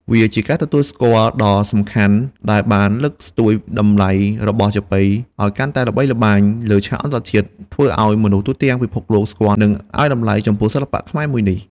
វាជាការទទួលស្គាល់ដ៏សំខាន់ដែលបានលើកស្ទួយតម្លៃរបស់ចាប៉ីឱ្យកាន់តែល្បីល្បាញលើឆាកអន្តរជាតិ ធ្វើឱ្យមនុស្សទូទាំងពិភពលោកស្គាល់ និងឱ្យតម្លៃចំពោះសិល្បៈខ្មែរមួយនេះ។